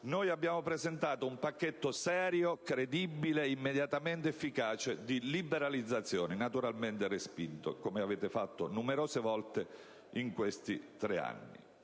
Noi abbiamo presentato un pacchetto serio, credibile e immediatamente efficace di liberalizzazione, naturalmente respinto, come avete fatto numerose volte in questi tre anni.